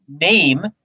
name